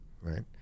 right